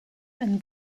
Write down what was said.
and